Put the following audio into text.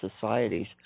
societies